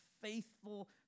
faithful